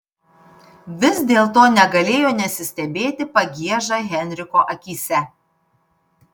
vis dėlto negalėjo nesistebėti pagieža henriko akyse